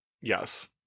yes